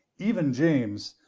even james,